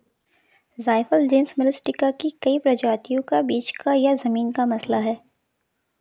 जायफल genus Myristica की कई प्रजातियों का बीज या जमीन का मसाला है